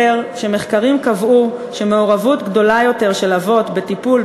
שמחקרים קבעו שמעורבות גדולה יותר של אבות בטיפול,